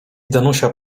danusia